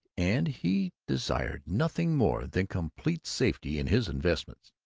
and he desired nothing more than complete safety in his investments,